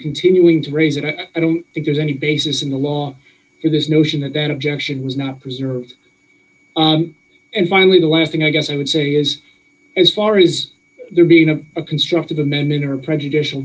continuing to raise it and i don't think there's any basis in the law for this notion that that objection was not preserved and finally the last thing i guess i would say is as far as there being a constructive amendment or prejudicial